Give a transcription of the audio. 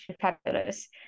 Fabulous